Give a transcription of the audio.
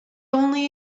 only